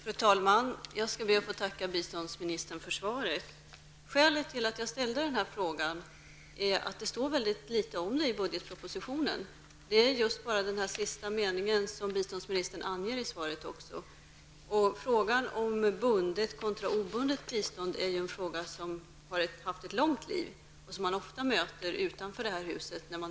Fru talman! Jag ber att få tacka biståndsministern för svaret. Skälet till att jag ställde denna fråga är att det står mycket litet om detta i budgetpropositionen, nämligen bara den mening som biståndsministern återger i sitt svar. Frågan om bundet resp. obundet bistånd har haft ett långt liv, och man möter den ofta på möten utanför det här huset.